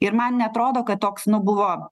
ir man neatrodo kad toks nu buvo